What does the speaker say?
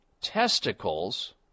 testicles